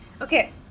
Okay